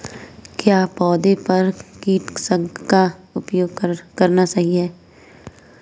क्या पौधों पर कीटनाशक का उपयोग करना सही है?